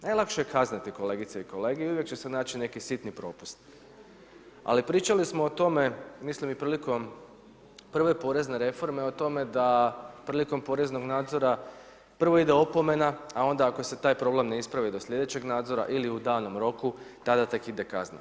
Najlakše je kazniti kolegice i kolege i u uvijek će se naći neki sitni propust ali pričali smo o tome, mislim i prilikom prve porezne reforme o tome da prilikom poreznog nadzora, prvo ide opomena a onda ako se taj problem ne ispravi do slijedećeg nadzora ili u danom roku, tada tek ide kazna.